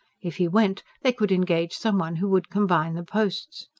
if he went they could engage some one who would combine the posts.